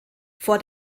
vor